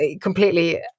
completely